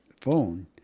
phone